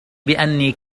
بأني